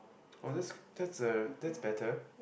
oh that's that's uh that's better